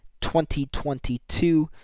2022